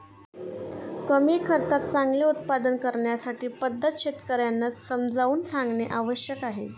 कमी खर्चात चांगले उत्पादन करण्याची पद्धत शेतकर्यांना समजावून सांगणे आवश्यक आहे